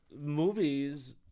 movies